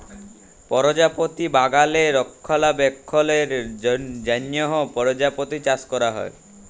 পরজাপতি বাগালে রক্ষলাবেক্ষলের জ্যনহ পরজাপতি চাষ ক্যরা হ্যয়